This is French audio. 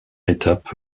étape